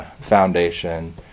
foundation